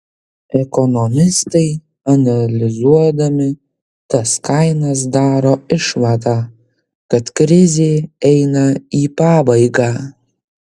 ekonomistai analizuodami tas kainas daro išvadą kad krizė eina į pabaigą